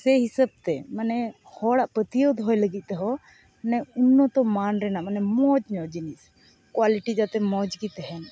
ᱥᱮ ᱦᱤᱥᱟᱹᱵᱽᱛᱮ ᱢᱟᱱᱮ ᱦᱚᱲᱟᱜ ᱯᱟᱹᱛᱭᱟᱹᱣ ᱫᱚᱦᱚᱭ ᱞᱟᱹᱜᱤᱫᱛᱮᱦᱚᱸ ᱢᱟᱱᱮ ᱩᱱᱱᱚᱛᱚ ᱢᱟᱱ ᱨᱮᱱᱟᱜ ᱢᱟᱱᱮ ᱢᱚᱡᱽᱧᱚᱜ ᱡᱤᱱᱤᱥ ᱠᱳᱣᱟᱞᱤᱴᱤ ᱡᱟᱛᱮ ᱢᱚᱡᱽᱜᱮ ᱛᱮᱦᱮᱱ